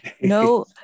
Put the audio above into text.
no